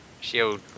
shield